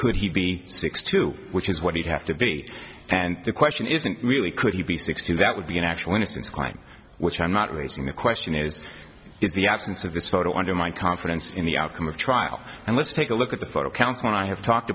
could he be six two which is what he'd have to be and the question isn't really could he be sixty that would be an actual innocence crime which i'm not raising the question is is the absence of this photo undermined confidence in the outcome of trial and let's take a look at the photo council and i have talked